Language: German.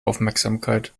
aufmerksamkeit